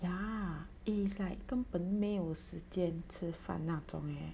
ya eh it's like 根本没有时间吃饭那种 eh